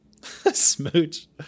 smooch